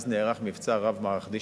אז נערך מבצע רב-מערכתי,